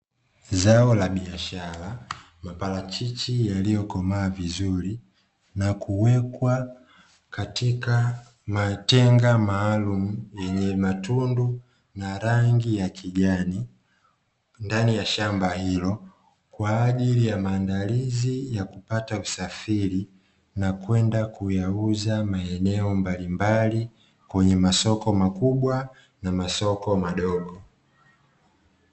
Zao la biashara, maparachichi yaliyokomaa vizuri na kuwekwa katika matenga maalumu yenye matundu na rangi ya kijani ndani ya shamba hilo kwaajili ya kupata usafiri na kwenda kuyauza maeneo mbalimbali kwenye masoko makubwa na masoko madogo.